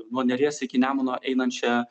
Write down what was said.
nuo neries iki nemuno einančią